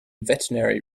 veterinary